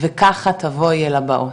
וככה תבואי אל הבאות.